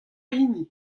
hini